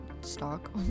stock